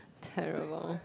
terrible